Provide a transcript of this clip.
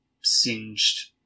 singed